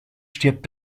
stirbt